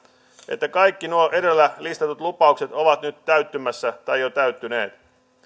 että kaikki nuo edellä listatut lupaukset ovat nyt täyttymässä tai jo täyttyneet